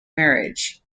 marriage